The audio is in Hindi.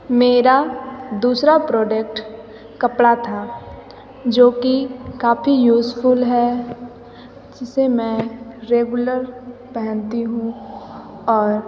मेरा दूसरा प्रोडक्ट कपड़ा था जो कि काफ़ी यूज़फुल है जिसे मैं रेगुलर पहनती हूँ और